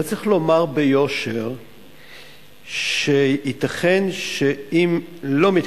אבל צריך לומר ביושר שייתכן שאם לא היתה